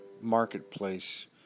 marketplace